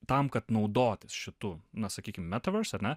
tam kad naudotis šitu na sakykim metaverse ar ne